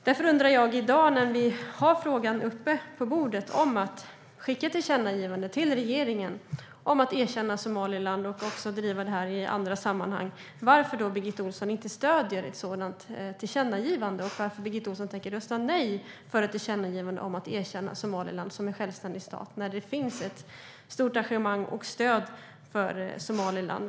Därför undrar jag: Nu när frågan om ett tillkännagivande till regeringen om att erkänna Somaliland och driva detta i andra sammanhang är uppe på bordet - varför stöder Birgitta Ohlsson inte detta? Varför tänker Birgitta Ohlsson rösta nej till ett tillkännagivande om att erkänna Somaliland som en självständig stat? Det finns ju ett stort engagemang och stöd för Somaliland.